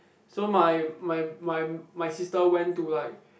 so my my my my sister went to like